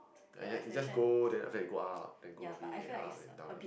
ya it just go then after that it go up then go a bit up then down already